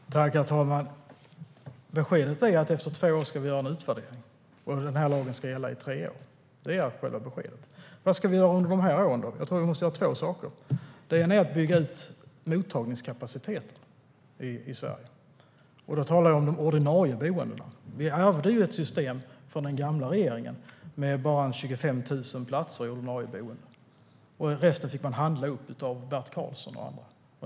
Herr talman! Beskedet är att vi ska göra en utvärdering efter två år och att lagen ska gälla i tre år. Det är själva beskedet. Vad ska vi då göra under dessa år? Jag tror att vi måste göra två saker. Det ena är att bygga ut mottagningskapaciteten i Sverige. Då talar jag om de ordinarie boendena. Vi ärvde ju ett system från den gamla regeringen med bara 25 000 platser i ordinarie boende - resten fick man handla upp av Bert Karlsson och andra.